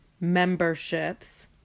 memberships